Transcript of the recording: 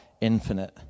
infinite